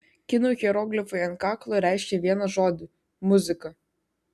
kinų hieroglifai ant kaklo reiškia vieną žodį muzika